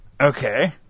Okay